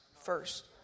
first